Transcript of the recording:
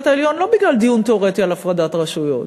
העליון לא בגלל דיון תיאורטי על הפרדת הרשויות